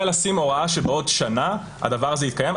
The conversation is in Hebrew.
לשים הוראה שבעוד שנה הדבר הזה יתקיים?